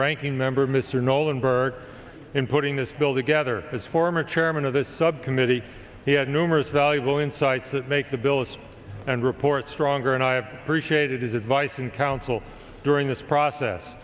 ranking member mr nolan burke in putting this bill together as former chairman of the subcommittee he had numerous valuable insights that make the bills and report stronger and i have created his advice and counsel during this process